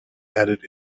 added